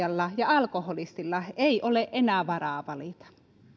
ja alkoholistilla ei ole enää varaa valita